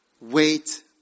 Wait